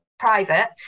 private